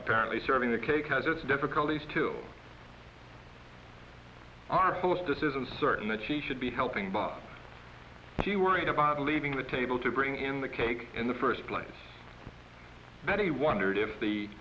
apparently serving the cake has its difficulties to our hostess is i'm certain that she should be helping but she worried about leaving the table to bring in the cake in the first place that he wondered if the